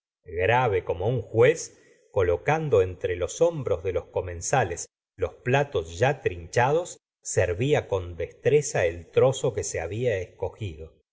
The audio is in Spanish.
grave como un juez colocando entre los hombros de los comensales los platos ya trinchados servia con destreza el trozo que se había escogido